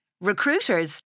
Recruiters